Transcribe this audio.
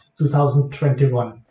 2021